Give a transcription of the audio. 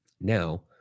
Now